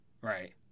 Right